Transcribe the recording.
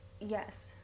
Yes